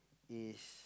is